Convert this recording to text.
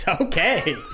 Okay